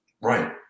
right